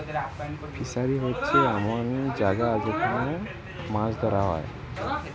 fishery হোচ্ছে এমন জাগা যেখান মাছ ধোরা হয়